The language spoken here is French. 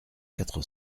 quatre